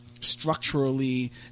structurally